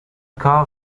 call